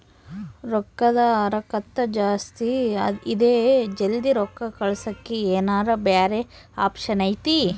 ರೊಕ್ಕದ ಹರಕತ್ತ ಜಾಸ್ತಿ ಇದೆ ಜಲ್ದಿ ರೊಕ್ಕ ಕಳಸಕ್ಕೆ ಏನಾರ ಬ್ಯಾರೆ ಆಪ್ಷನ್ ಐತಿ?